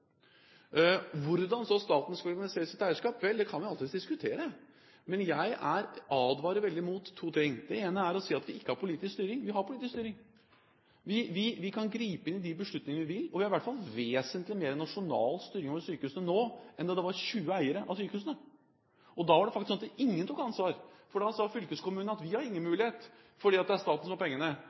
Hvordan skal så staten organisere sitt eierskap? Vel, det kan vi alltids diskutere, men jeg advarer veldig mot å si at vi ikke har politisk styring. Vi har politisk styring. Vi kan gripe inn i de beslutninger vi vil, og vi har i hvert fall mer nasjonal styring over sykehusene nå enn da det var 20 eiere av sykehusene. Da var det faktisk sånn at ingen tok ansvar, for da sa fylkeskommunene: Vi har ingen mulighet, for det er staten som har pengene.